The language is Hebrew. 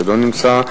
לא נמצא.